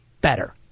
better